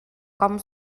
com